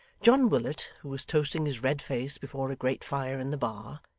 john willet, who was toasting his red face before a great fire in the bar,